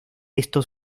estos